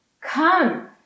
come